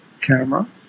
camera